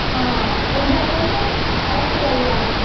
enjoy కోసం అరకు వెళ్దాం